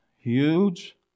huge